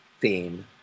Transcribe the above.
theme